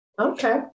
Okay